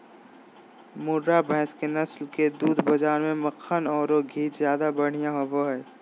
मुर्रा भैस के नस्ल के दूध बाज़ार में मक्खन औरो घी ज्यादा बढ़िया होबो हइ